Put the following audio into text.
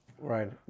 Right